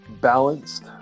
balanced